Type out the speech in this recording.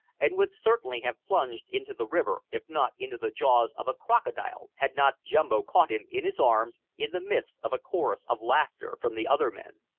and would certainly have plunged into the river, if not into the jaws of a crocodile, had not jumbo caught him in his arms, in the midst of a chorus of laughter from the other men.